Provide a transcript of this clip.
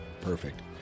Perfect